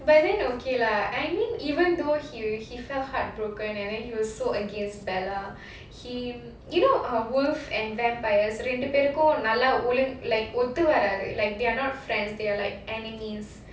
but then okay lah I mean even though he he felt heartbroken and then he was so against bella he you know uh wolf and vampires ரெண்டு பேருக்கும்:rendu perukum like ஒத்துவராது:othuvaraadhu like they are not friends they are like enemies